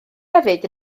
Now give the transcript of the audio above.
hefyd